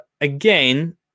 again